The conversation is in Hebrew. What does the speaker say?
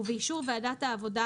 ובאישור ועדת העבודה,